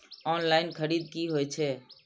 Online खरीद की होए छै?